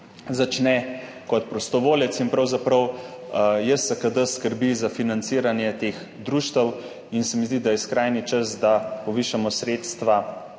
začne kot prostovoljec in pravzaprav JSKD skrbi za financiranje teh društev. Zdi se mi, da je skrajni čas, da povišamo sredstva